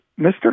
Mr